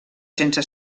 sense